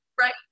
right